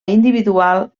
individual